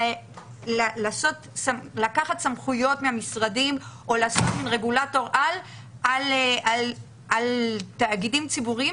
לקחת סמכויות מהמשרדים או לעשות רגולטור-על על תאגידים ציבוריים